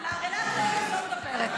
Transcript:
לערלת לב אני לא מדברת.